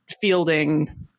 fielding